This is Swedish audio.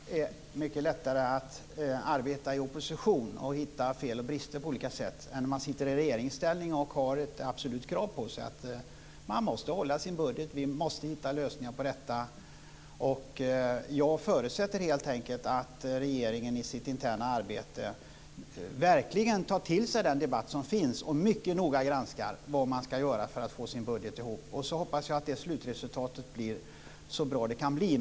Fru talman! Det är mycket lättare att arbeta i opposition och hitta fel och brister på olika sätt än när man sitter i regeringsställning och har ett absolut krav på sig att hålla sin budget. Vi måste hitta lösningar på detta. Jag förutsätter helt enkelt att regeringen i sitt interna arbete verkligen tar till sig den debatt som förs och mycket noga granskar vad man ska göra för att få sin budget att gå ihop. Och så hoppas jag att slutresultatet blir så bra det kan bli.